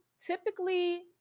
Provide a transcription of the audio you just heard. Typically